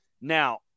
Now